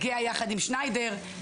הגיע יחד עם שניידר,